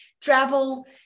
Travel